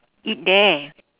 eat there